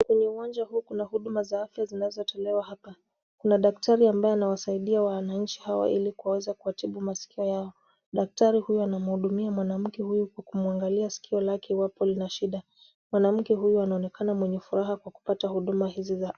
Kwenye uwanja huu kuna huduma za afya zinazotolewa hapa. Kuna daktari ambaye anawasaidia wananchi wao ili kuweza kuwatibu masikio yao. Daktari huyo anamhudumia mwanamke huyu kwa kumwangalia sikio lake iwapo lina shida. Mwanamke huyu anaonekana mwenye furaha kwa kupata huduma hizi za.